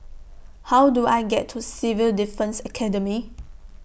How Do I get to Civil Defence Academy